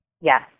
Yes